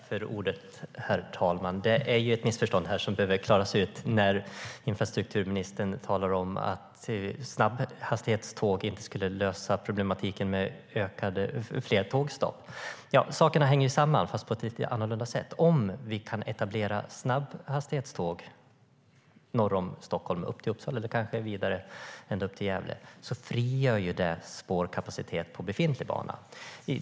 Herr talman! Det finns ett missförstånd som behöver klaras ut. Infrastrukturministern talar om att snabbhastighetståg inte skulle lösa problematiken med fler tågstopp. Sakerna hänger samman, fast på ett lite annorlunda sätt. Om vi kan etablera snabbhastighetståg norr om Stockholm upp till Uppsala och kanske vidare ända upp till Gävle frigör det spårkapacitet på befintlig bana.